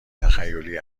تخیلی